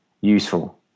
useful